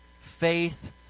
Faith